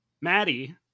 Maddie